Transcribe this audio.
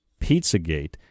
Pizzagate